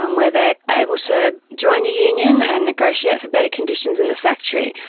um where they are able to join a union and negotiate for better conditions in the factory.